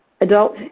adult